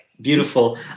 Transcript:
beautiful